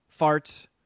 farts